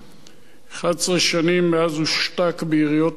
11 שנים מאז הושתק ביריות מרצחים,